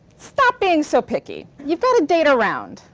stop being so picky. you've got to date around.